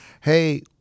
hey